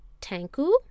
Tanku